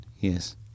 Yes